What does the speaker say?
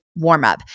warmup